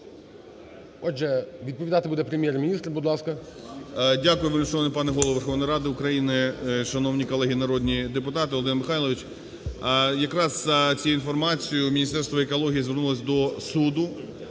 Отже, відповідати буде Прем'єр-міністр. Будьласка. 10:26:14 ГРОЙСМАН В.Б. Дякую, вельмишановний пане Голово Верховної Ради України, шановні колеги народні депутати, Володимир Михайлович. Якраз з цією інформацією Міністерство екології звернулося до суду